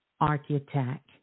architect